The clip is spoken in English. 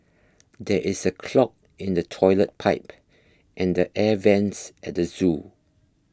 there is a clog in the Toilet Pipe and the Air Vents at the zoo